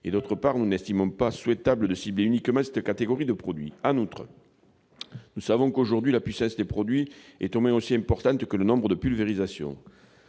et, d'autre part, nous n'estimons pas souhaitable de cibler uniquement cette catégorie de produits. En outre, nous savons que la puissance des produits est au moins aussi importante aujourd'hui que le nombre de pulvérisations.